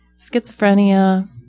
schizophrenia